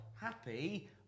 Happy